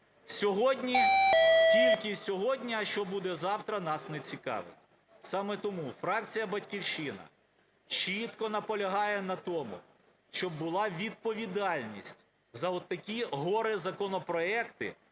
Сьогодні, тільки сьогодні, а що буде завтра, нас не цікавить. Саме тому фракція "Батьківщина" чітко наполягає на тому, щоб була відповідальність за отакі горе-законопроекти